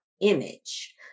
image